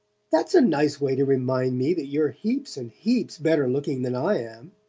that's a nice way to remind me that you're heaps and heaps better-looking than i am!